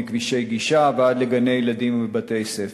מכבישי גישה ועד לגני-ילדים ובתי-ספר.